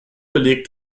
belegt